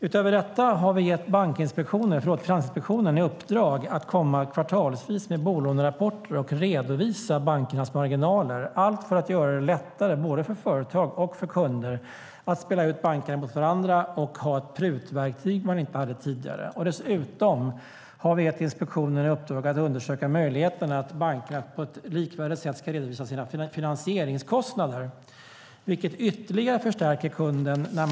Utöver detta har vi gett Finansinspektionen i uppdrag att kvartalsvis komma med bolånerapporter och redovisa bankernas marginaler, allt för att göra det lättare för både företag och kunder att spela ut bankerna mot varandra och ha ett prutverktyg man inte hade tidigare. Dessutom har vi gett Finansinspektionen i uppdrag att undersöka möjligheterna att bankerna på ett likvärdigt sätt ska redovisa sina finansieringskostnader, vilket ytterligare förstärker kunden.